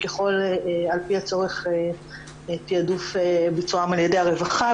עם תעדוף של ביצועם על ידי הרווחה,